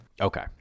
Okay